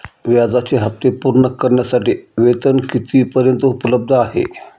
व्याजाचे हप्ते पूर्ण करण्यासाठी वेतन किती पर्यंत उपलब्ध आहे?